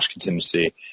contingency